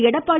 Edappadi